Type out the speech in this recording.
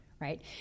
right